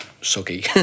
soggy